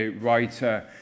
writer